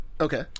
Okay